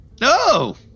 No